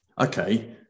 Okay